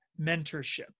mentorship